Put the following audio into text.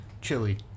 Chili